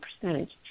percentage